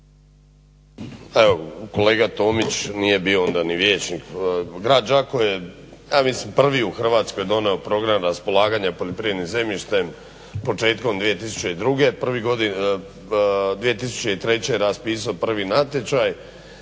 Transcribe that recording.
kolega Tomić nije bio onda ni vijećnik, grad Đakovo je ja mislim prvi u Hrvatskoj donio program raspolaganja poljoprivrednim zemljištem početkom 2002. 2013. Raspisao prvi natječaj,